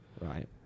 Right